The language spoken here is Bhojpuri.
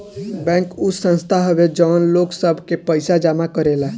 बैंक उ संस्था हवे जवन लोग सब के पइसा जमा करेला